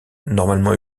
normalement